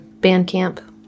Bandcamp